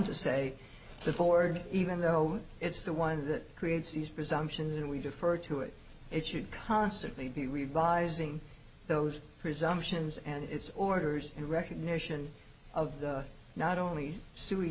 to say the ford even though it's the one that creates these presumptions and we defer to it it should constantly be revising those presumptions and it's orders in recognition of the not only sui